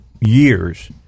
years